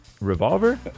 Revolver